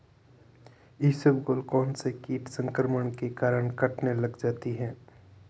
इसबगोल कौनसे कीट संक्रमण के कारण कटने लग जाती है?